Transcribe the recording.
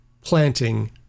planting